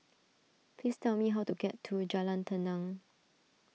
please tell me how to get to Jalan Tenang